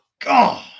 God